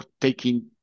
taking